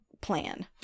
plan